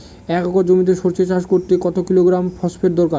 এক একর জমিতে সরষে চাষ করতে কত কিলোগ্রাম ফসফেট দরকার?